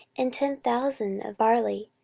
and ten thousand of barley.